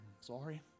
sorry